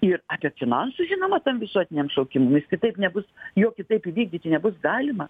ir apie finansus žinoma tam visuotiniam šaukimui jis kitaip nebus jo kitaip įvykdyti nebus galima